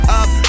up